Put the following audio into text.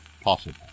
possible